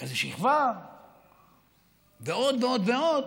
רכזי שכבה ועוד ועוד,